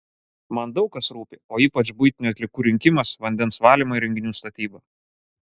man daug kas rūpi o ypač buitinių atliekų rinkimas vandens valymo įrenginių statyba